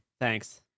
Thanks